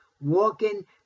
walking